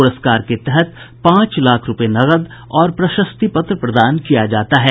पुरस्कार के तहत पांच लाख रूपये नकद और प्रशस्ति पत्र प्रदान किया जाता है